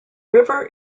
river